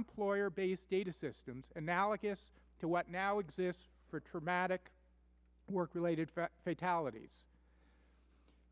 employer based data systems analogous to what now exists for dramatic work related fatalities